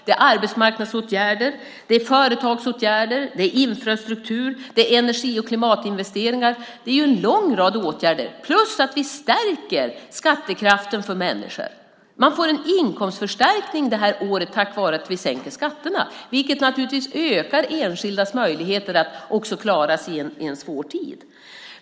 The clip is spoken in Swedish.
Det är arbetsmarknadsåtgärder. Det är företagsåtgärder. Det är infrastruktur. Det är energi och klimatinvesteringar. Det är en lång rad åtgärder, plus att vi stärker skattekraften för människor. Man får en inkomstförstärkning detta år tack vare att vi sänker skatterna, vilket naturligtvis ökar enskilda människors möjligheter att klara sig också i en svår tid.